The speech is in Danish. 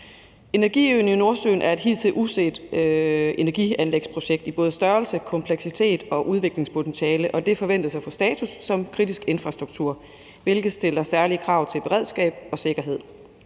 Energiøen i Nordsøen er et hidtil uset energianlægsprojekt i både størrelse, kompleksitet og udviklingspotentiale, og det forventes at få status som kritisk infrastruktur, hvilket stiller særlige krav til beredskab og sikkerhed.